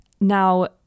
Now